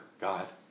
God